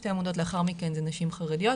שתי העמודות לאחר מכן זה נשים חרדיות.